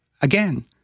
again